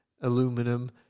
aluminum